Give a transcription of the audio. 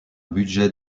budget